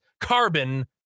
carbon